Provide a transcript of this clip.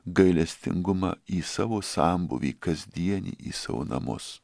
gailestingumą į savo sambūvį kasdienį į savo namus